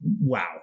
Wow